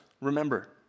remember